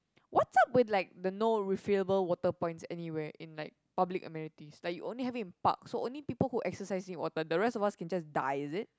what's up with like the no refillable water points anywhere in like public amenities like you only have it in park so only people who exercise need water the rest of us can just die is it